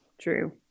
True